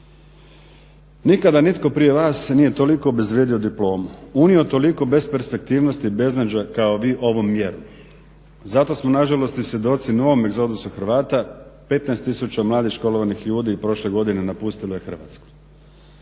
Nikada nitko prije vas nije toliko obezvrijedio diplomu, unio toliko besperspektivnosti i beznađa kao vi ovom mjerom. Zato smo nažalost i svjedoci novom egzodusu Hrvata, 15000 mladih školovanih ljudi prošle godine napustilo je Hrvatsku.